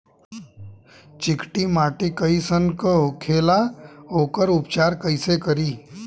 चिकटि माटी कई सन होखे ला वोकर उपचार कई से करी?